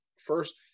first